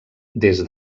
des